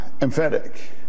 Emphatic